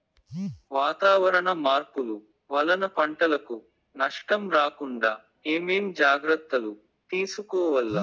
వాతావరణ మార్పులు వలన పంటలకు నష్టం రాకుండా ఏమేం జాగ్రత్తలు తీసుకోవల్ల?